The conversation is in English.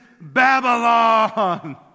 Babylon